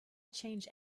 change